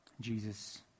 Jesus